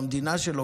למדינה שלו,